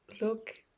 look